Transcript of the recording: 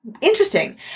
interesting